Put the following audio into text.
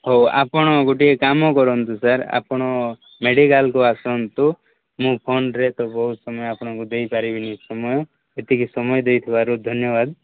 ହଉ ଆପଣ ଗୋଟିଏ କାମ କରନ୍ତୁ ସାର୍ ଆପଣ ମେଡ଼ିକାଲକୁ ଆସନ୍ତୁ ମୁଁ ଫୋନରେ ତ ବହୁତ ସମୟ ଆପଣଙ୍କୁ ଦେଇପାରିବିନି ସମୟ ଏତିକି ସମୟ ଦେଇଥିବାରୁ ଧନ୍ୟବାଦ